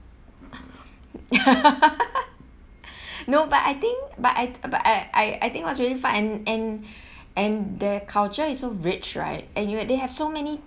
no but I think but I but I I I think it was really fun and and and the culture is so rich right and you they have so many